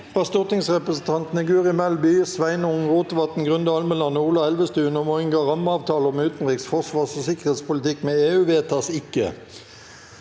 stortingsrepresentantene Guri Melby, Sveinung Rotevatn, Grunde Almeland og Ola Elvestuen om å inngå rammeavtale om utenriks-, forsvars- og sikkerhetspolitikk med EU – vedtas ikke.